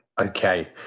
Okay